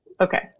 Okay